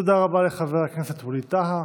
תודה רבה לחבר הכנסת ווליד טאהא.